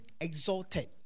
exalted